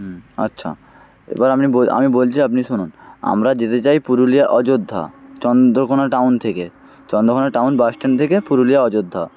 আচ্ছা এবার আমি আমি বলছি আপনি শুনুন আমরা যেতে চাই পুরুলিয়া অযোধ্যা চন্দকোনা টাউন থেকে চন্দকোনা টাউন বাসস্ট্যান্ড থেকে পুরুলিয়া অযোধ্যা